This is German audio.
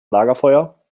lagerfeuer